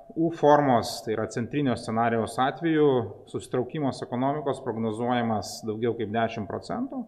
u formos tai yra centrinio scenarijaus atveju susitraukimas ekonomikos prognozuojamas daugiau kaip dešimt procentų